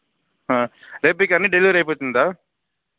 రేపటికి అన్ని డెలివరీ అయిపోతుందా